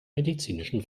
medizinischen